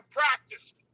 practiced